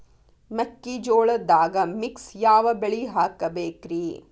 ಮೆಕ್ಕಿಜೋಳದಾಗಾ ಮಿಕ್ಸ್ ಯಾವ ಬೆಳಿ ಹಾಕಬೇಕ್ರಿ?